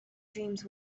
dreams